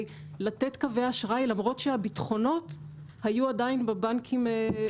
לתת קווי אשראי למרות שהבטחונות עדיין היו בבנקים בארצות הברית.